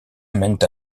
mènent